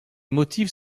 motifs